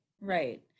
right